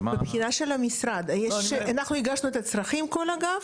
בבחינה של המשרד, אנחנו הגשנו את הצרכים כל אגף,